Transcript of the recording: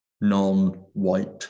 non-white